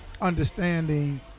understanding